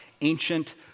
ancient